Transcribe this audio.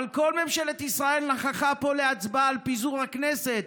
כל ממשלת ישראל נכחה פה להצבעה על פיזור הכנסת,